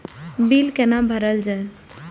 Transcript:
Bill कैना भरल जाय?